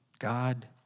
God